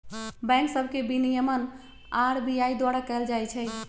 bank सभ के विनियमन आर.बी.आई द्वारा कएल जाइ छइ